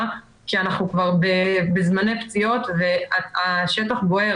כי אנחנו כבר בזמני פציעות והשטח בוער,